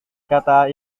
kata